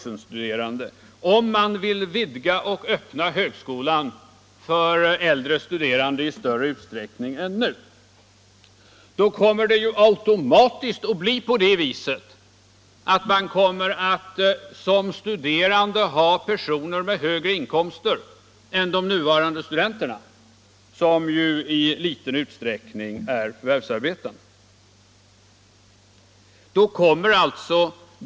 enstuderande och öppna högskolan för äldre studerande i större utsträckning än nu - kommer många studerande automatiskt att ha högre inkomster än de nuvarande studenterna, som i liten utsträckning är förvärvsarbetande.